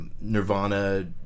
Nirvana